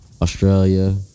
Australia